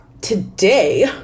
today